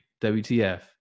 WTF